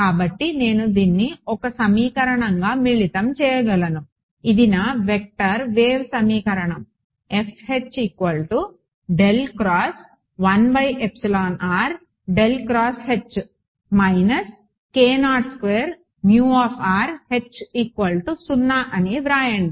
కాబట్టి నేను దీన్ని 1 సమీకరణంగా మిళితం చేయగలను ఇది నా వెక్టర్ వేవ్ సమీకరణం అని వ్రాయండి